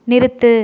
நிறுத்து